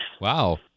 Wow